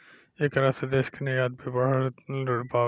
ऐकरा से देश के निर्यात भी बढ़ल बावे